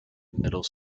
middle